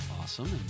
Awesome